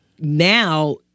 now